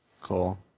Cool